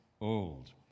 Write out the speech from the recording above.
old